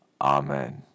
Amen